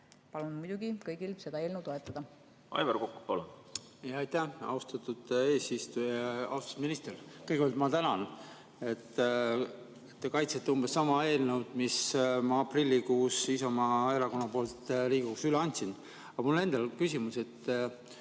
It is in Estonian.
Palun muidugi kõigil seda eelnõu toetada.